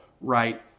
right